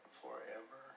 forever